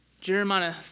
Jeremiah